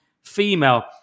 female